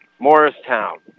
Morristown